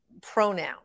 pronoun